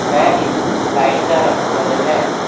में इस लाइट दा रंग बदलना ऐ